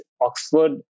Oxford